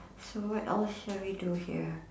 so what else shall we do here